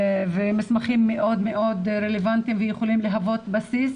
ומסמכים מאוד רלוונטיים שיכולים להוות בסיס